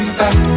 back